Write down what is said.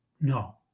No